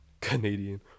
Canadian